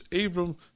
Abram